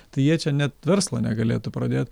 tai jie čia net verslo negalėtų pradėt